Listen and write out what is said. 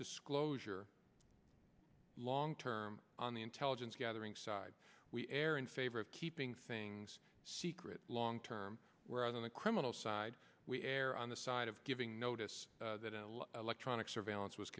disclosure long term on the intelligence gathering side we err in favor of keeping things secret long term whereas on the criminal side we err on the side of giving notice that a lot of electronic surveillance was